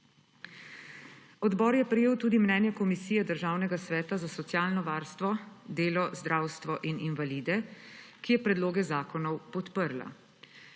Odbor je prejel tudi mnenje Komisije Državnega sveta za socialno varstvo, delo, zdravstvo in invalide, ki je predloge zakonov podprla.